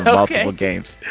multiple games.